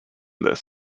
this